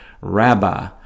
rabbi